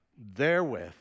therewith